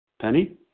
Penny